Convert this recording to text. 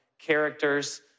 characters